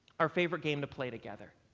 our favorite game to play together,